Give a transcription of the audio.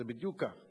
זה בדיוק ככה.